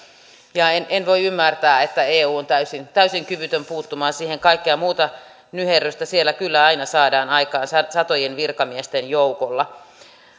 ja en en voi ymmärtää että eu on täysin kyvytön puuttumaan siihen kaikkea muuta nyherrystä siellä kyllä aina saadaan aikaan satojen virkamiesten joukolla